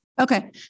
Okay